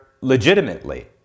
legitimately